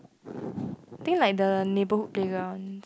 thing like the neighbourhood playground